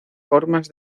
formas